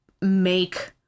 make